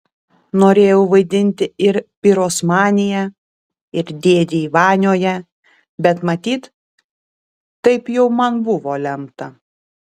norėjau vaidinti ir pirosmanyje ir dėdėj vanioje bet matyt taip jau man buvo lemta